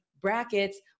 Brackets